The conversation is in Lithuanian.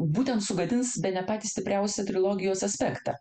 būtent sugadins bene patį stipriausią trilogijos aspektą